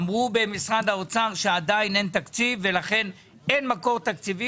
אמרו במשרד האוצר שעדיין אין תקציב ולכן אין מקור תקציבי